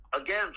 Again